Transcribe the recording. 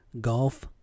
golf